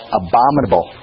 abominable